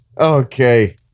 okay